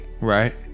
Right